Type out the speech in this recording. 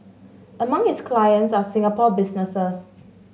among his clients are Singapore businesses